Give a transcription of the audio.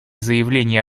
заявлений